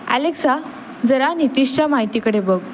Alexa जरा नितीशच्या माहितीकडे बघ